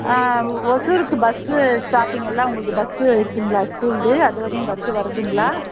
ஒசூருக்கு bus ஸ்டாப்பிங்கெல்லாம் உங்களுக்கு bus இருக்குதுங்களா ஸ்கூலுது அது வரையும் பஸ் வருதுங்களா